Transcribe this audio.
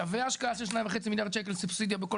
שווה השקעה של 2.5 מיליארד שקל סובסידיה בכל